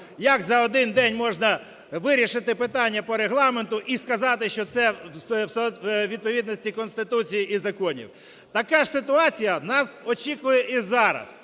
Як за один день можна вирішити питання по Регламенту і сказати, що це у відповідності Конституції і законів? Така ж ситуація нас очікує і зараз.